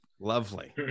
Lovely